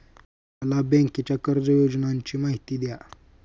मला बँकेच्या कर्ज योजनांची माहिती द्या